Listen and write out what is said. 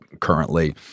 currently